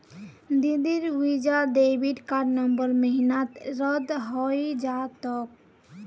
दीदीर Visa debit card November महीनात रद्द हइ जा तोक